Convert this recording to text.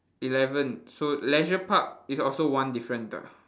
eleven so leisure park is also one difference ah